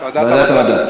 ועדת המדע.